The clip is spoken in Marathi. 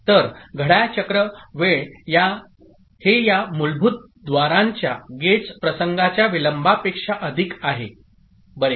तर घड्याळ चक्र वेळ हे या मूलभूत द्वारांच्या गेट्स प्रसंगाच्या विलंबापेक्षा अधिक आहे बरे